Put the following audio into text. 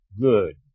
good